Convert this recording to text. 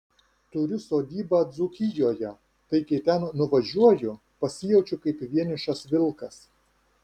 turiu sodybą dzūkijoje tai kai ten nuvažiuoju pasijaučiu kaip vienišas vilkas